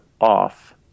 off